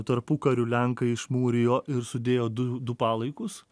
tarpukariu lenkai išmūrijo ir sudėjo du du palaikus